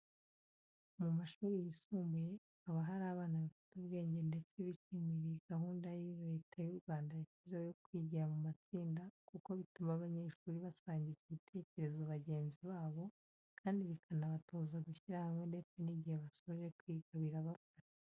Mu mashuri yisumbuye haba hari abana bafite ubwenge ndetse bishimira iyi gahunda Leta y'u Rwanda yashyizeho yo kwigira mu matsinda kuko bituma abanyeshuri basangiza ibitekerezo bagenzi babo, kandi bikanabatoza gushyira hamwe ndetse n'igihe basoje kwiga birabafasha.